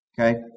Okay